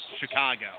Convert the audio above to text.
Chicago